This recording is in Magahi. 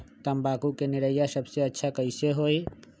तम्बाकू के निरैया सबसे अच्छा कई से होई?